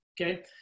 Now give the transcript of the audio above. Okay